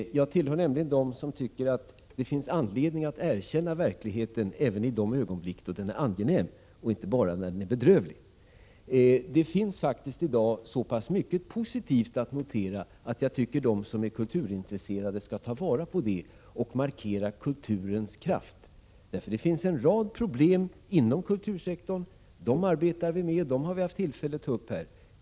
Jag tillhör nämligen dem som tycker att det finns anledning att erkänna verkligheten även i de ögonblick då den är angenäm och inte bara när den är bedrövlig. Det finns faktiskt i dag så pass mycket positivt att notera att jag tycker att de som är kulturintresserade skall ta vara på det och markera kulturens kraft. Det finns en rad problem inom kultursektorn. Dessa arbetar vi med, och vi har haft tillfälle att ta upp dem här.